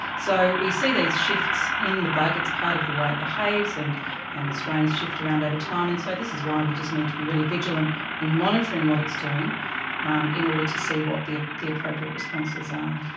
so we see these shifts in the bug, it's part of the way it behaves and and the strains shift around over time, and so this is why we just need to be really vigilant in monitoring what it's doing um in order to see what the ah the appropriate responses are.